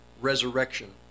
resurrection